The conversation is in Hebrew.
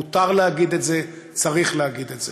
מותר להגיד את זה, צריך להגיד את זה.